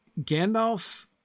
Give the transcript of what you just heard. Gandalf